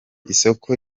isoko